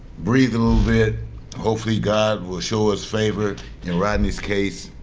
breathe a little bit hopefully god will show us favor in rodney's case